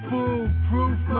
Foolproof